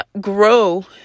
grow